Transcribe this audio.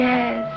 Yes